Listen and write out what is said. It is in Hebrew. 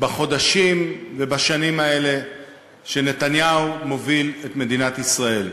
בחודשים ובשנים האלה שנתניהו מוביל את מדינת ישראל.